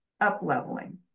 up-leveling